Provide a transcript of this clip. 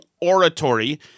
oratory